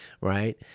right